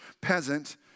peasant